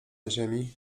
ziemi